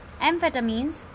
Amphetamines